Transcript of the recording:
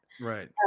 Right